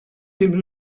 temps